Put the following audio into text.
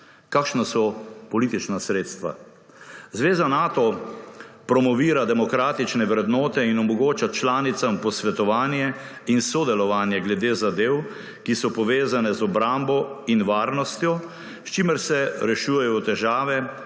Kakšna so politična sredstva? Zveza Nato promovira demokratične vrednote in omogoča članicam posvetovanje in sodelovanje glede zadev, ki so povezane z obrambo in varnostjo, s čimer se rešujejo težave,